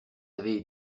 avaient